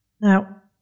Now